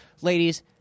Ladies